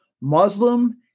Muslim